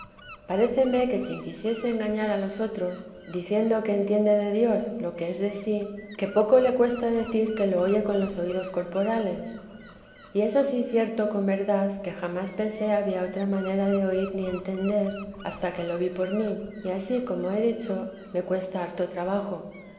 cerne que quien quisiese engañar a los otros diciendo que entiende de dios lo que es de sí que poco le cuesta decir que lo oye con los oídos corporales y es ansí cierto con verdad que jamás pensé había otra manera de oír ni entender hasta que lo vi por mí y ansí como he dicho me cuesta harto trabajo